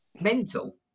Mental